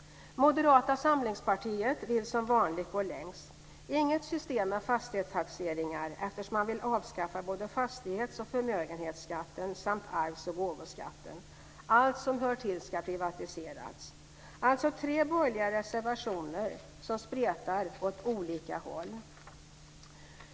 Moderata samlingspartiet vill som vanligt gå längst: inget system med fastighetstaxeringar eftersom man vill avskaffa både fastighets och förmögenhetsskatten samt arvs och gåvoskatten. Allt som hör till ska privatiseras. Det finns alltså tre borgerliga reservationer som spretar åt olika håll!